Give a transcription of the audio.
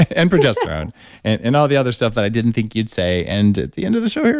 and progesterone and and all the other stuff that i didn't think you'd say. and at the end of the show here,